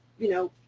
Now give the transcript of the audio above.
you know,